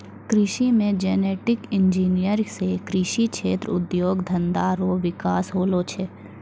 कृषि मे genetic engineer से कृषि क्षेत्र उद्योग धंधा रो विकास होलो छै